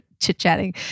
chit-chatting